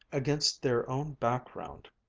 against their own background,